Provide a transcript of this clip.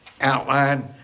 Outline